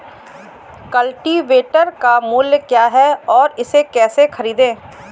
Cultivator का मूल्य क्या है और इसे कैसे खरीदें?